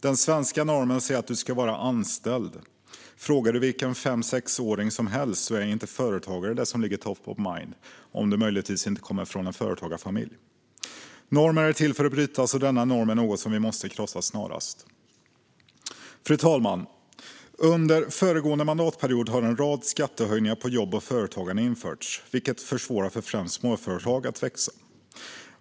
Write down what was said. Den svenska normen säger att du ska vara anställd. Frågar du vilken fem eller sexåring som helst är inte företagare det som ligger top of mind, om du möjligtvis inte kommer från en företagarfamilj. Normer är till för att brytas, och denna norm är något vi måste krossa snarast. Fru talman! Under föregående mandatperiod har en rad skattehöjningar på jobb och företagande införts, vilket försvårar för främst småföretag att växa.